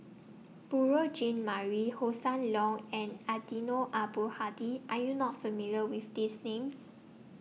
Beurel Jean Marie Hossan Leong and Eddino Abdul Hadi Are YOU not familiar with These Names